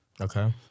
Okay